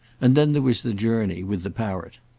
and then there was the journey with the parrot.